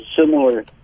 similar